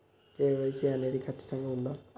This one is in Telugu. కే.వై.సీ అనేది ఖచ్చితంగా ఉండాలా?